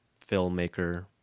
filmmaker